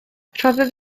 rhoddodd